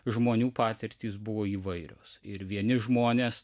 žmonių patirtys buvo įvairios ir vieni žmonės